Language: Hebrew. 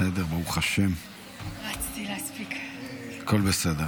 כבוד היושב-ראש, כנסת נכבדה, במוצאי שבת,